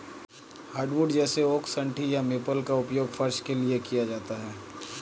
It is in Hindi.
हार्डवुड जैसे ओक सन्टी और मेपल का उपयोग फर्श के लिए किया जाता है